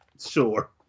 sure